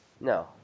No